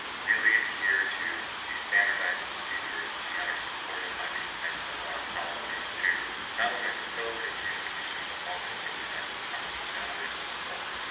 really adhere to the standardized procedures and that are supported by these types of policies to not only facilitate communication, but also to protect the confidentiality of the results.